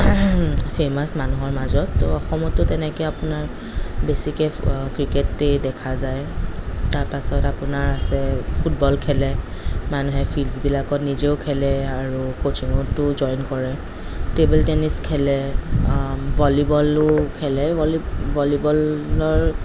famous মানুহৰ মাজত তো অসমতো তেনেকৈ আপোনাৰ বেছিকৈ ক্ৰিকেটেই দেখা যায় তাৰপাছত আপোনাৰ আছে ফুটবল খেলে মানুহে ফিল্ডবিলাকত নিজেও খেলে আৰু কোচিঙতো জইন কৰে টেবল টেনিছ খেলে ভলীবলো খেলে ভলীবল ভলীবলৰ